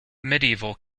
medieval